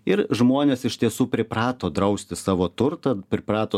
ir žmonės iš tiesų priprato drausti savo turtą priprato